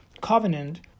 covenant